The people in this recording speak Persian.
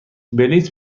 بلیط